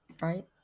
Right